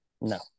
No